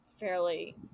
fairly